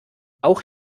auch